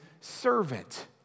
servant